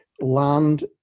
land